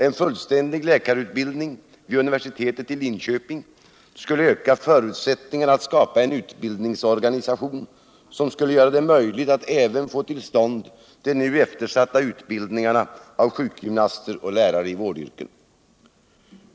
En fullständig läkarutbildning vid universitetet i Linköping skulle öka förutsättningarna för att skapa en utbildningsorganisation som skulle göra det möjligt att även få till stånd de nu eftersatta utbildningarna av sjukgymnaster och lärare i vårdyrken.